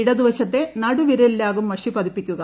ഇടതുവശത്തെ നടുവിരലിലാകും മഷി പതിപ്പിക്കുക